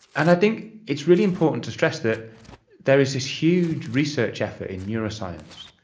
and i think it's really important to stress that there is this huge research effort in neuroscience,